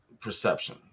perception